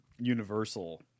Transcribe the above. Universal